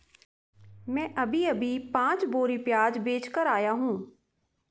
मैं अभी अभी पांच बोरी प्याज बेच कर आया हूं